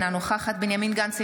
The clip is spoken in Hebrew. אינה נוכחת בנימין גנץ,